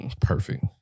Perfect